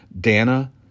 Dana